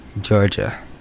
Georgia